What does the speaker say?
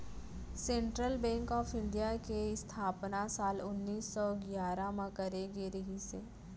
central bank of India के इस्थापना साल उन्नीस सौ गियारह म करे गे रिहिस हे